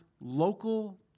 local